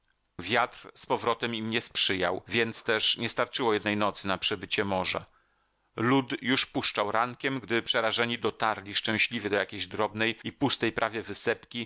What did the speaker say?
wiatr z powrotem im nie sprzyjał więc też nie starczyło jednej nocy na przebycie morza lód już puszczał rankiem gdy przerażeni dotarli szczęśliwie do jakiejś drobnej i pustej prawie wysepki